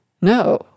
No